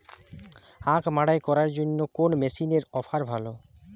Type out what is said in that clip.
আখ মাড়াই করার জন্য কোন মেশিনের অফার ভালো?